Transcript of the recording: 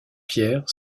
pierre